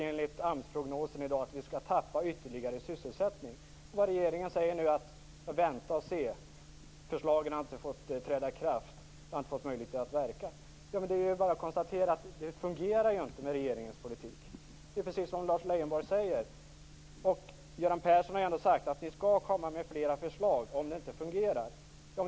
Enligt AMS prognosen kommer ytterligare sysselsättning att försvinna. Regeringen säger nu att man skall vänta och se eftersom förslagen ännu inte har fått träda i kraft och fått möjlighet att verka. Det är bara att konstatera att regeringens politik inte fungerar. Det är precis som Lars Leijonborg säger. Göran Persson har ändå sagt att regeringen skall komma med fler förslag om det inte fungerar.